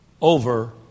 over